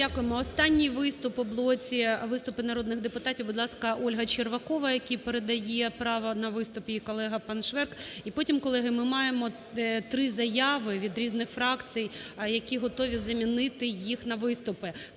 Останній виступ у блоці "виступи народних депутатів". Будь ласка, Ольга Червакова, якій передає право на виступ її колега пан Шверк. І потім, колеги, ми маємо три заяви від різних фракцій, які готові замінити їх на виступи.